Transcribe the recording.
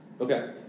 Okay